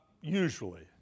usually